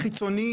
חיצוני,